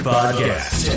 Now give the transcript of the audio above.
Podcast